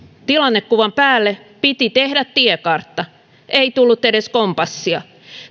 tilannekuvan päälle piti tehdä tiekartta ei tullut edes kompassia